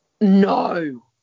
No